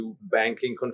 banking